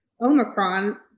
Omicron